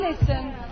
listen